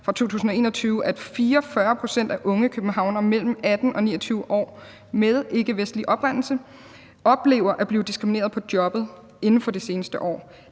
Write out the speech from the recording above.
fra 2021 viser, at 44 pct. af unge københavnere mellem 18 og 29 år med ikkevestlig oprindelse har oplevet at blive diskrimineret på jobbet inden for det seneste år.